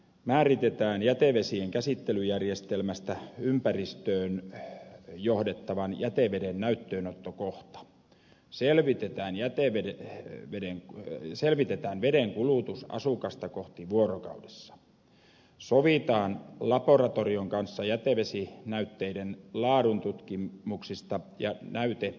määritetään jätevesien käsittelyjärjestelmästä ympäristöön johdettavan jäteveden näytteenottokohta selvitetään vedenkulutus asukasta kohti vuorokaudessa sovitaan laboratorion kanssa jätevesinäytteiden laatututkimuksista ja näyteastioista